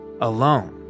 alone